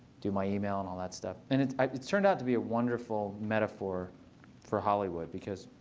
do my email and all that stuff. and it's it's turned out to be a wonderful metaphor for hollywood, because